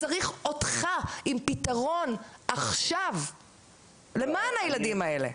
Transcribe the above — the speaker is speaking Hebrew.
צריך אותך עם פתרון עכשיו למען הילדים האלה.